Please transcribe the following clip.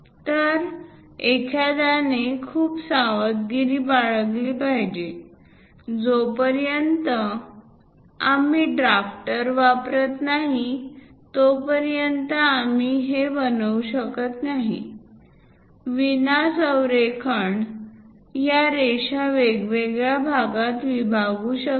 तर एखाद्याने खूप सावधगिरी बाळगली पाहिजे जोपर्यंत आम्ही ड्राफ्ट वापरत नाही तोपर्यंत आम्ही हे बनवू शकत नाही विना संरेखण या रेषा वेगवेगळ्या भागात विभागू शकते